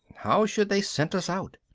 how should they scent us out?